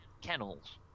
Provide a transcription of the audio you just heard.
kennels